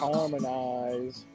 Harmonize